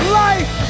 life